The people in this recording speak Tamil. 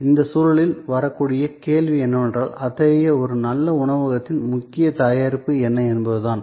அந்த சூழலில் வரக்கூடிய கேள்வி என்னவென்றால் அத்தகைய ஒரு நல்ல உணவகத்தின் முக்கிய தயாரிப்பு என்ன என்பதுதான்